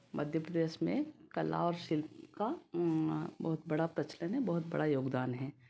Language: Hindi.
मध्य प्रदेश में कला और शिल्प का बहुत बड़ा प्रचलन है बहुत बड़ा योगदान है